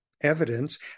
evidence